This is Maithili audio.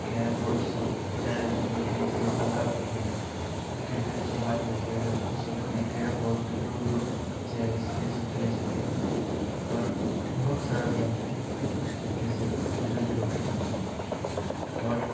कैरम बोर्डसभ चारि आदमीके होइत छै ओ हल्का खेल भेलै आओर क्रिकेटसभ भारी होइत छै ओहिलेल ओसभ खाली कैरम बोर्ड लूडो चेस इएहसभ खेलैत छथिन आओर बहुत सारा गेम छै जे सभ बुजुर्ग लोक खेलैत छथिन आओर